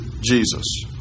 Jesus